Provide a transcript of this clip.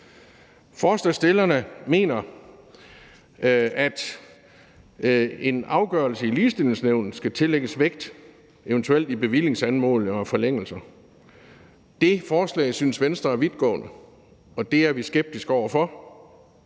Forslagsstillerne mener, at en afgørelse i Ligebehandlingsnævnet skal tillægges vægt, eventuelt i bevillingsanmodninger og -forlængelser. Det forslag synes Venstre er vidtgående, og det er vi skeptiske over for.